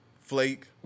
flake